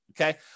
Okay